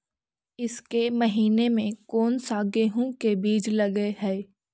ईसके महीने मे कोन सा गेहूं के बीज लगे है?